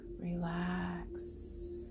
Relax